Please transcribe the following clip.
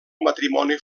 matrimoni